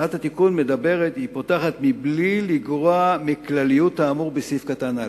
שהצעת התיקון מדברת ופותחת: "בלי לגרוע מכלליות האמור בסעיף קטן (א)",